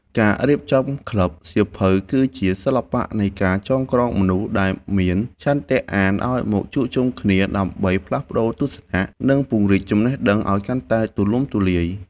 ការរៀបចំក្លឹបសៀវភៅ គឺជាសិល្បៈនៃការចងក្រងមនុស្សដែលមានឆន្ទៈអានឱ្យមកជួបជុំគ្នា ដើម្បីផ្លាស់ប្តូរទស្សនៈ និងពង្រីកចំណេះដឹងឱ្យកាន់តែទូលំទូលាយ។